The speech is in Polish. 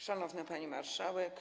Szanowna Pani Marszałek!